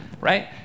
Right